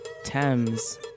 Thames